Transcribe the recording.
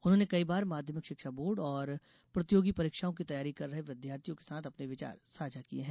उन्होंने कई बार माध्यमिक शिक्षा बोर्ड और प्रतियोगी परीक्षाओं की तैयारी कर रहे विद्यार्थियों के साथ अपने विचार साझा किये हैं